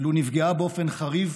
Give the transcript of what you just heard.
לו נפגעה באופן חריף